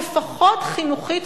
לפחות חינוכית,